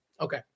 Okay